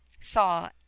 saw